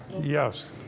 yes